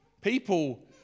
People